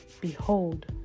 Behold